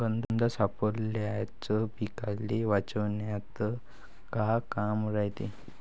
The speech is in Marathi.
गंध सापळ्याचं पीकाले वाचवन्यात का काम रायते?